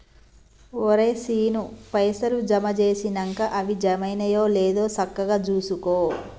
ఒరే శీనూ, పైసలు జమ జేసినంక అవి జమైనయో లేదో సక్కగ జూసుకో